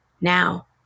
now